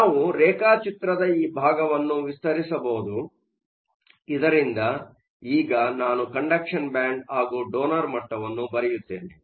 ನಾವು ರೇಖಾಚಿತ್ರದ ಈ ಭಾಗವನ್ನು ವಿಸ್ತರಿಸಬಹುದು ಇದರಿಂದ ಈಗ ನಾನು ಕಂಡಕ್ಷನ್ ಬ್ಯಾಂಡ್ ಹಾಗು ಡೊನರ್ ಮಟ್ಟವನ್ನು ಬರೆಯುತ್ತೇನೆ